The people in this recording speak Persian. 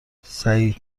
سعید